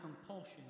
compulsion